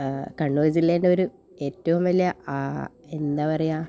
കണ്ണൂർ ജില്ലേൻ്റെ ഒരു ഏറ്റവും വലിയ എന്താ പറയാ